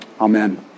Amen